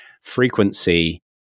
frequency